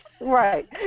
Right